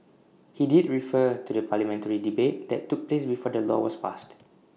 he did refer to the parliamentary debate that took place before the law was passed